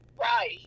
Right